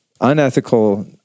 unethical